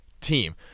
team